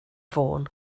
fôn